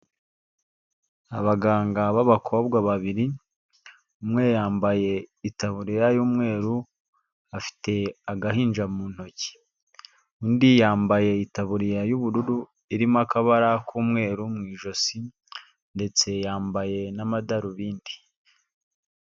Abaganga b'abakobwa babiri, umwe yambaye itaburiya y'umweru afite agahinja mu ntoki, undi yambaye itaburiya y'ubururu irimo akabara k'umweru mu ijosi, ndetse yambaye n'amadarubindi.